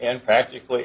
and practically